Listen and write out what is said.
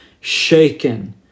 shaken